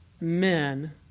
men